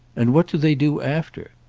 and what do they do after?